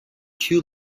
two